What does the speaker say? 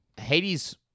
Hades